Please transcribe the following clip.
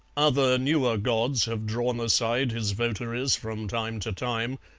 other newer gods have drawn aside his votaries from time to time,